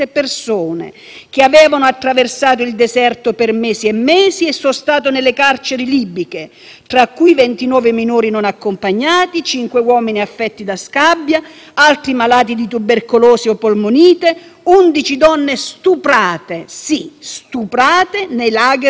tra cui 29 minori non accompagnati, cinque uomini affetti da scabbia, altri malati di tubercolosi o polmonite e 11 donne stuprate - sì, stuprate - nei *lager* libici, mentre il Ministro degli esteri del Governo di accordo nazionale libico affermava